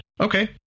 Okay